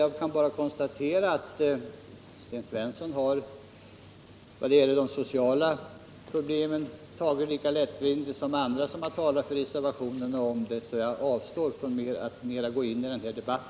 Jag kan bara konstatera att Sten Svensson har tagit lika lättvindigt på de sociala problemen som andra talesmän för reservationen har gjort. Jag avstår därför från att gå in mer i denna debatt.